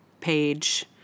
page